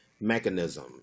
mechanism